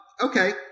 Okay